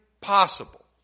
possible